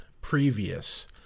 previous